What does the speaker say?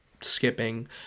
skipping